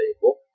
table